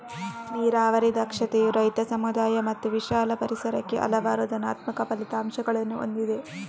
ನೀರಾವರಿ ದಕ್ಷತೆಯು ರೈತ, ಸಮುದಾಯ ಮತ್ತು ವಿಶಾಲ ಪರಿಸರಕ್ಕೆ ಹಲವಾರು ಧನಾತ್ಮಕ ಫಲಿತಾಂಶಗಳನ್ನು ಹೊಂದಿದೆ